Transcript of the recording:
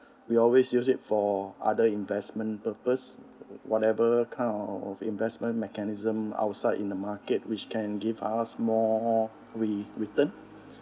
we always use it for other investment purpose whatever kind of investment mechanism outside in the market which can give us more re~ return